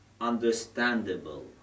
understandable